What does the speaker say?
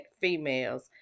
females